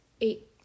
eight